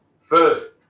First